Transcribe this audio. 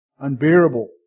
unbearable